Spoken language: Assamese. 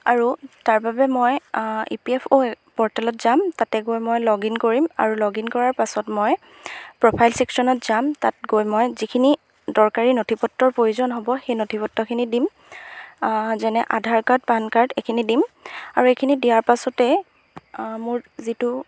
আৰু তাৰবাবে মই ই পি এফ অ' প'ৰ্টেলত যাম তাতে গৈ মই লগ ইন কৰিম আৰু লগ ইন কৰাৰ পাছত মই প্ৰফাইল ছেকশ্যনত যাম তাত গৈ মই যিখিনি দৰকাৰী নথিপত্ৰৰ প্ৰয়োজন হ'ব সেই নথিপত্ৰখিনি দিম যেনে আধাৰ কাৰ্ড পান কাৰ্ড এইখিনি দিম আৰু এইখিনি দিয়াৰ পাছতে মোৰ যিটো